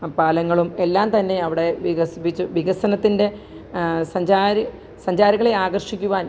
പാലങ്ങളും എല്ലാംതന്നെ അവിടെ വികസിപ്പിച്ചു വികസനത്തിന്റെ സഞ്ചാരി സഞ്ചാരികളെ ആകര്ഷിക്കുവാന്